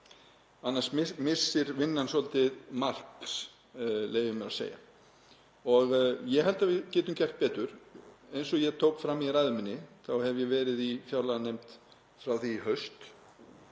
Annars missir vinnan svolítið marks, leyfi ég mér að segja. Ég held að við getum gert betur. Eins og ég tók fram í ræðu minni hef ég verið í fjárlaganefnd frá því í